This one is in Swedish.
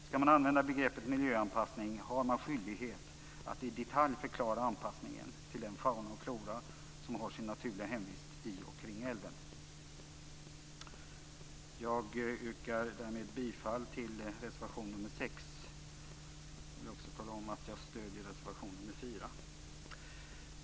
Skall man använda begreppet mijöanpassning har man skyldighet att i detalj förklara anpassningen till den fauna och flora som har sin naturliga hemvist i och kring älven. Jag yrkar därmed bifall till reservation 6. Jag vill också tala om att jag stöder reservation 4.